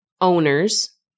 owners